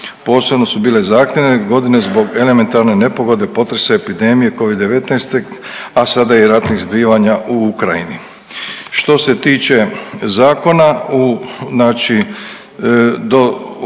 posebno su bile zahtjevne godine zbog elementarne nepogode, potresa i epidemije covid-19, a sada i ratnih zbivanja u Ukrajini. Što se tiče zakona znači u